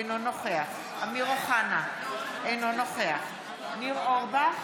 אינו נוכח אמיר אוחנה, אינו נוכח ניר אורבך,